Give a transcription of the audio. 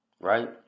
Right